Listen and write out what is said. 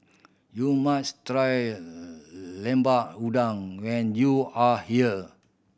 you must try Lemper Udang when you are here